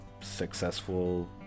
successful